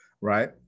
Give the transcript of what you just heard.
right